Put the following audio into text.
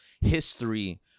history